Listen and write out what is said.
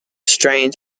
strains